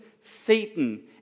Satan